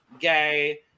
Gay